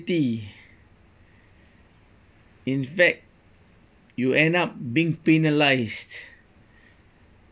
in fact you end up being penalised